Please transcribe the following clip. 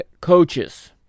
coaches